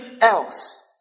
else